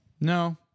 No